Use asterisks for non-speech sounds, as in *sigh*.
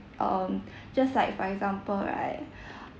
um *breath* just like for example right *breath*